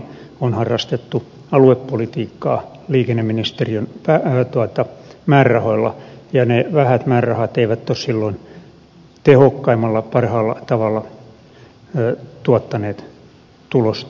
on harrastettu aluepolitiikkaa liikenneministeriön määrärahoilla ja ne vähät määrärahat eivät ole silloin tehokkaimmalla parhaalla tavalla tuottaneet tulosta